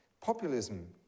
Populism